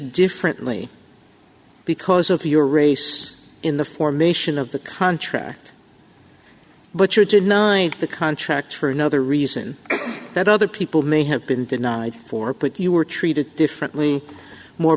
differently because of your race in the formation of the contract but you're genine the contract for another reason that other people may have been denied for put you were treated differently more